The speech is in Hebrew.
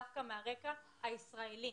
דווקא מהרגע הישראלי.